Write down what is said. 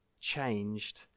changed